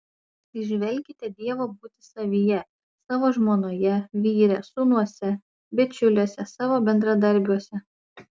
įžvelkite dievo būtį savyje savo žmonoje vyre sūnuose bičiuliuose savo bendradarbiuose